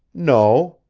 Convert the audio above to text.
no,